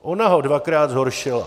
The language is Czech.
Ona ho dvakrát zhoršila.